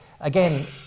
again